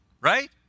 Right